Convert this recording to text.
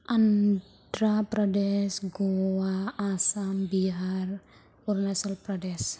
Andhra Pradesh Goa Assam Bihar Arunachal Pradesh